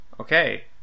Okay